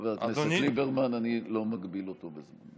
חבר הכנסת ליברמן, אני לא מגביל אותך בזמן.